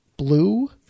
blue